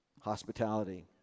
hospitality